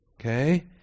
Okay